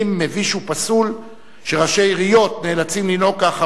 מביש ופסול שראשי עיריות נאלצים לנהוג כאחרוני